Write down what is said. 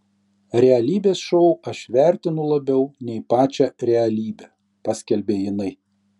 realybės šou aš vertinu labiau nei pačią realybę paskelbė jinai